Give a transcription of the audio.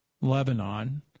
Lebanon